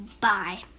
Bye